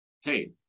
hey